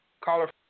caller